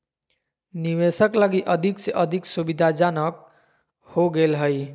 निवेशक लगी अधिक से अधिक सुविधाजनक हो गेल हइ